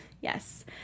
Yes